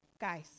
Guys